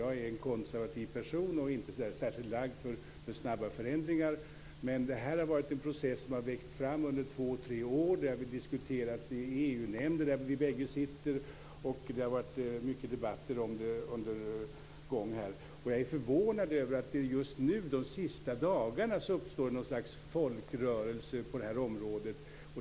Jag är en konservativ person och inte särskilt lagd för snabba förändringar. Men det här har varit en process som har vuxit fram under två tre år. Den har diskuterats i EU-nämnden - där vi bägge sitter med. Det har varit många debatter. Jag är förvånad över att det de senaste dagarna har uppstått något slags folkrörelse på området.